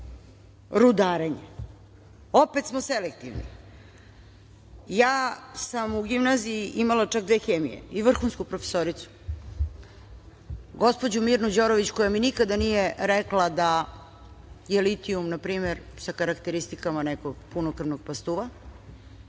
rudarenje, opet smo selektivni. Ja sam u gimnaziji imala čak dve hemije i vrhunsku profesoricu, gospođu Mirnu Đorović, koja mi nikada nije rekla da je litijum na primer sa karakteristikama nekog punokrvnog pastuva,